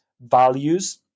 values